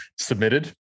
submitted